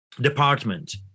department